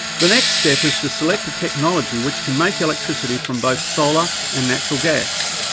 the next step is to select a technology which can make electricity from both solar and natural gas.